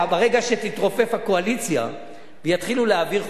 ברגע שתתרופף הקואליציה ויתחילו להעביר חוקים,